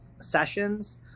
sessions